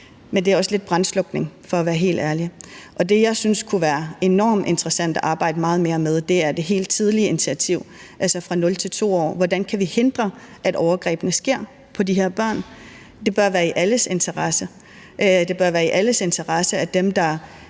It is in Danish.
Men det er også lidt brandslukning for at være helt ærlig, og det, jeg synes kunne være enormt interessant at arbejde meget mere med, er det helt tidlige initiativ, altså fra 0 til 2 år, og hvordan vi kan hindre, at overgrebene sker på de her børn. Det bør være i alles interesse. Det bør være i alles interesse, at dem, der